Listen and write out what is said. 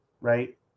right